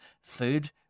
Food